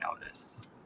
notice